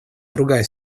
другая